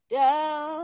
down